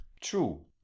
True